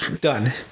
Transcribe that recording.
Done